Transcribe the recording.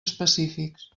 específics